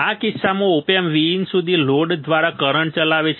આ કિસ્સામાં op amp Vin સુધી લોડ દ્વારા કરંટ ચલાવે છે